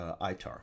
ITAR